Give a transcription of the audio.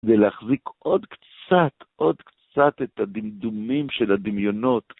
ולהחזיק עוד קצת, עוד קצת את הדמדומים של הדמיונות.